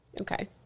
Okay